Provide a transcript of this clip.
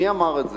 מי אמר את זה: